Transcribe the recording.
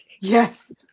Yes